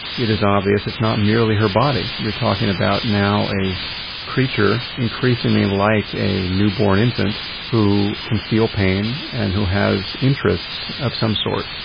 it is obvious it's not merely her body. you're talking about now a creature increasingly like a newborn infant who can feel pain and who has interests of some sort.